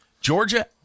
Georgia